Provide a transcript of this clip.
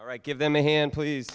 right give them a hand please